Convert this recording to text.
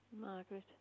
Margaret